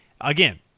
again